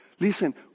Listen